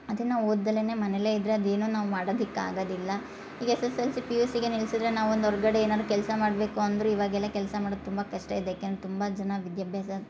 ಅದೆ ನಾವು ಓದ್ದಲನೆ ಮನೇಲೆ ಇದ್ದರೆ ಅದು ಏನೋ ನಾವು ಮಾಡೋದಿಕ್ಕೆ ಆಗದಿಲ್ಲ ಈಗ S S L C P U ಸಿಗೆ ನಿಲ್ಸಿದ್ದರೆ ನಾವೊಂದು ಹೊರ್ಗಡೆ ಏನಾದರು ಕೆಲಸ ಮಾಡಬೇಕು ಅಂದರೆ ಇವಾಗೆಲ್ಲ ಕೆಲಸ ಮಾಡೋದು ತುಂಬ ಕಷ್ಟ ಇದೆ ಯಾಕೆಂದ್ರೆ ತುಂಬಾ ಜನ ವಿದ್ಯಾಭ್ಯಾಸ